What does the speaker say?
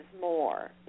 more